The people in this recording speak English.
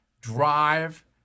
drive